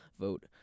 vote